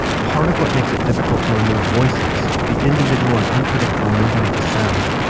part of what makes it difficult to remove voices, the individual and unpredictable movement of the sound,